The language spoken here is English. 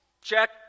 Check